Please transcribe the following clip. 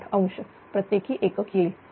078° प्रत्येकी एकक येईल